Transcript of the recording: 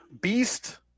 Beast